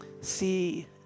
see